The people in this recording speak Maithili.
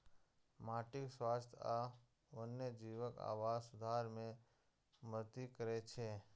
माटिक स्वास्थ्य आ वन्यजीवक आवास सुधार मे मदति करै छै